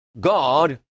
God